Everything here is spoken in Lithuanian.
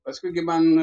paskui gi man